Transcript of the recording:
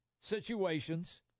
situations